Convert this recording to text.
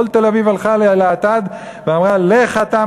כל תל-אביב הלכה אל האטד ואמרה: לך אתה,